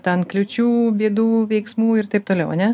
ten kliūčių bėdų veiksmų ir taip toliau ane